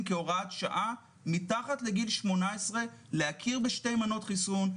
כהוראת שעה מתחת לגיל 18 להכיר בשתי מנות חיסון,